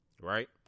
right